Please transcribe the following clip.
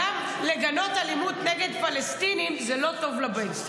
גם לגנות אלימות נגד פלסטינים זה לא טוב לבייס,